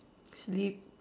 sleep